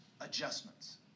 adjustments